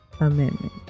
Amendment